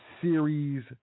series